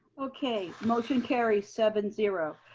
okay. motion carries, seven zero.